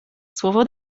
słowo